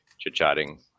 chit-chatting